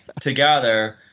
together